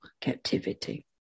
captivity